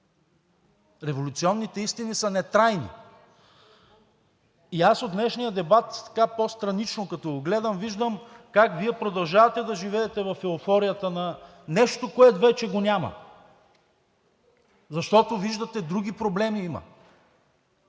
Революционните истини са нетрайни. От днешния дебат, така по-странично като го гледам, виждам как Вие продължавате да живеете в еуфорията на нещо, което вече го няма, защото виждате, че има други проблеми.